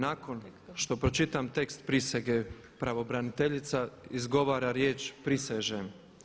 Nakon što pročitam tekst priseže, pravobraniteljica izgovara riječ „Prisežem“